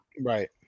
right